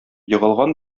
егылган